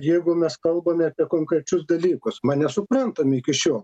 jeigu mes kalbame apie konkrečius dalykus man nesuprantami iki šiol